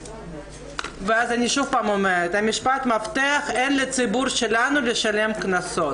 ואז אני שוב אומרת: משפט המפתח הוא אין לציבור שלנו לשלם קנסות.